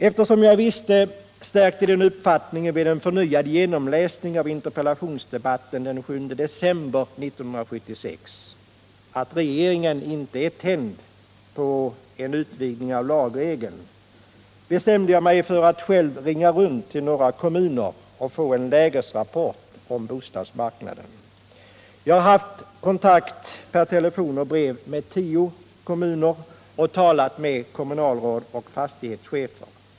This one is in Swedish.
Eftersom jag visste — stärkt i den uppfattningen vid en förnyad genomläsning av interpellationsdebatten den 7 december 1976 — att regeringen inte är ”tänd” på en utvidgning av lagregeln bestämde jag mig för att själv ringa runt till några kommuner och få en lägesrapport om bostadsmarknaden. Jag har haft kontakt per telefon och brev med tio kommuner och talat med kommunalråd och fastighetschefer.